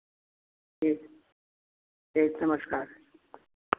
ठीक ठीक नमस्कार